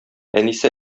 әнисе